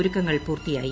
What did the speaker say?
ഒരുക്കങ്ങൾ പൂർത്തിയായി